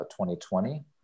2020